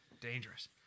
Dangerous